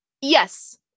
Yes